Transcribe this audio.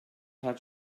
hat